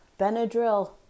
Benadryl